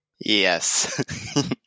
Yes